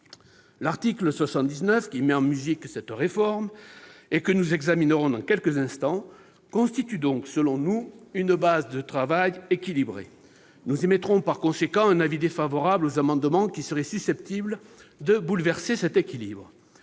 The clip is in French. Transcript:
L'article 79, qui « met en musique » cette réforme et que nous examinerons dans quelques instants, constitue donc, selon nous, une base de travail équilibré. Nous émettrons par conséquent un avis défavorable sur les amendements dont l'adoption serait susceptible de bouleverser cet équilibre.